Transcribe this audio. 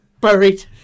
buried